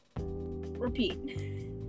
Repeat